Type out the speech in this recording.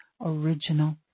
original